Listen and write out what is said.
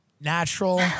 natural